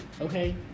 Okay